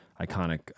iconic